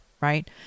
Right